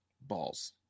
Balls